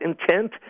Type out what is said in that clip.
intent